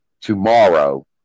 tomorrow